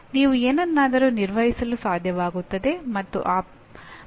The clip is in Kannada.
ನೀವು ಮಾಡಲು ಸಾಧ್ಯವಾಗಬೇಕಾದ ಕೆಲಸಗಳು ಯಾವುವು